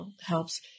helps